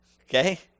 Okay